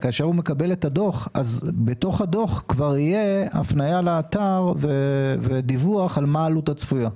בדוח תהיה הפניה לאתר ודיווח על העלות הצפויה.